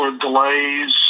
delays